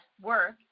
work